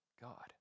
God